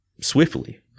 swiftly